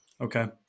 Okay